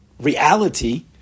reality